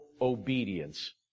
obedience